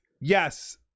Yes